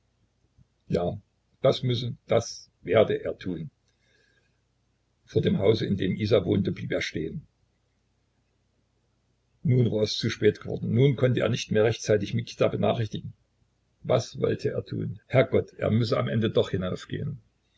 ja das müsse das werde er tun vor dem hause in dem isa wohnte blieb er stehen nun war es zu spät geworden nun konnte er nicht mehr rechtzeitig mikita benachrichtigen was wollte er tun herrgott er müsse am ende doch hinaufgehen